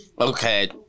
Okay